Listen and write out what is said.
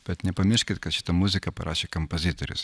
bet nepamirškit kad šitą muziką parašė kampazitorius